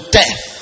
death